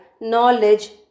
knowledge